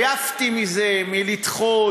עייפתי מזה, מלדחות.